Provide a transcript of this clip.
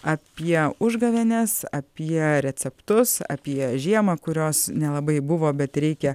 apie užgavėnes apie receptus apie žiemą kurios nelabai buvo bet reikia